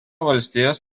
valstijos